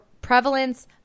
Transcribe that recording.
prevalence